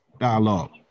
dialogue